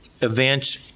events